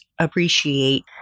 appreciate